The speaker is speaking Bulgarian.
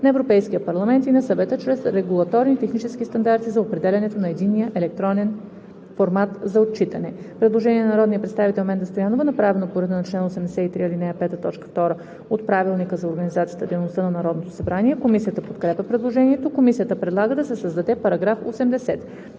на Европейския парламент и на Съвета чрез регулаторни технически стандарти за определянето на единния електронен формат за отчитане (ОВ, ...).“ Предложение на народния представител Менда Стоянова, направено по реда на чл. 83, ал. 5, т. 2 от Правилника за организацията и дейността на Народното събрание. Комисията подкрепя предложението. Комисията предлага да се създаде § 80: „§ 80.